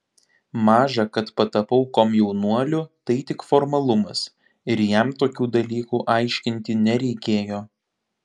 maža kad patapau komjaunuoliu tai tik formalumas ir jam tokių dalykų aiškinti nereikėjo